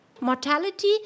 mortality